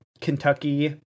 Kentucky